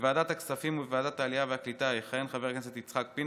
בוועדת הכספים ובוועדת העלייה והקליטה יכהן חבר הכנסת יצחק פינדרוס,